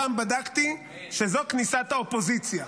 פעם בדקתי שזו כניסת האופוזיציה,